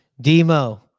Demo